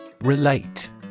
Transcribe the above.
Relate